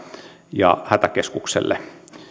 ja hätäkeskukselle